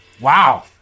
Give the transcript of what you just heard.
wow